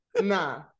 Nah